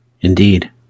indeed